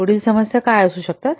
पुढील समस्या काय असू शकतात